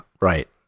right